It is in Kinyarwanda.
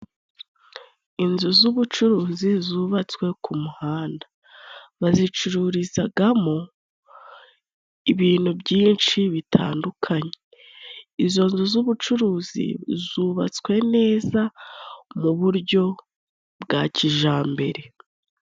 Inzu z'ubucuruzi zubatswe ku muhanda. Bazicururizagamo ibintu byinshi bitandukanye. Izo nzu z'ubucuruzi, zubatswe neza mu buryo bwa kijambere.